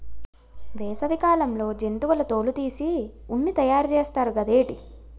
వేసవి కాలంలో జంతువుల తోలు తీసి ఉన్ని తయారు చేస్తారు గదేటి